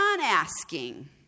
asking